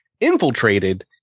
infiltrated